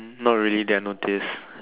not really they have no taste